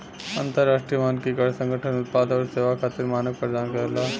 अंतरराष्ट्रीय मानकीकरण संगठन उत्पाद आउर सेवा खातिर मानक प्रदान करला